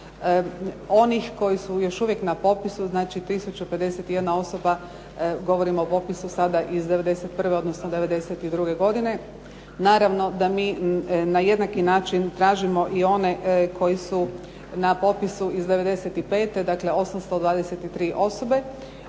onih koji su još uvijek na popisu, znači 1051 osoba, govorimo o popisu sada iz '91., odnosno '92. godine. Naravno da mi na jednaki način tražimo i one koji su na popisu iz '95., dakle 823 osobe.